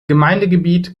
gemeindegebiet